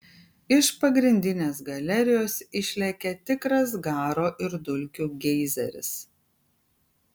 iš pagrindinės galerijos išlekia tikras garo ir dulkių geizeris